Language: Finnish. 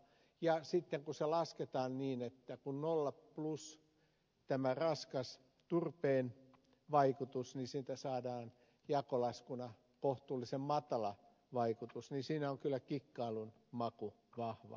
ja sitten kun se vaikutus lasketaan niin että nolla plus tämä raskas turpeen vaikutus niin siitä saadaan jakolaskuna kohtuullisen matala vaikutus ja siinä on kyllä kikkailun maku vahva